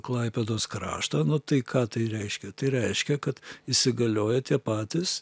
klaipėdos kraštą nu tai ką tai reiškia tai reiškia kad įsigalioja tie patys